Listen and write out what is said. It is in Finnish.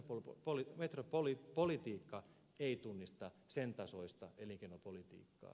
toisaalta metropolipolitiikka ei tunnista sen tasoista elinkeinopolitiikkaa